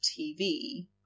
TV